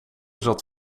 zat